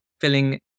filling